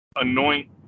anoint